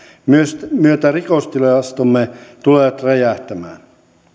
myötä rikostilastomme tulevat räjähtämään